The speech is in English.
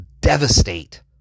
devastate